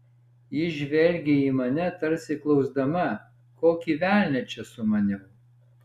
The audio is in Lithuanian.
ji žvelgė į mane tarsi klausdama kokį velnią čia sumaniau